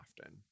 often